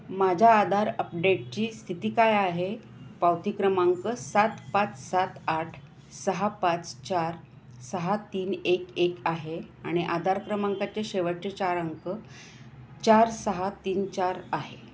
माझ्या आधार अपडेटची स्थिती काय आहे पावती क्रमांक सात पाच सात आठ सहा पाच चार सहा तीन एक एक आहे आणि आधार क्रमांकाचे शेवट चार अंक चार सहा तीन चार आहे